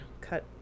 cut